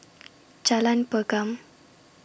Jalan Pergam